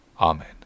Amen